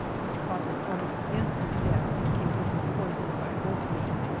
which causes almost instant death in cases of poisoning by wolf meat.